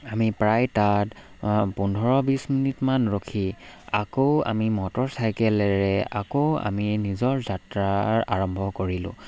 আমি প্ৰায় তাত পোন্ধৰ বিছ মিনিটমান ৰখি আকৌ আমি মটৰচাইকেলেৰে আকৌ আমি নিজৰ যাত্ৰাৰ আৰম্ভ কৰিলোঁ